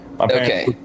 Okay